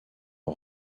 ont